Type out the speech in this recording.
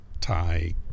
Thai